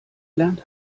lernt